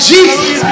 Jesus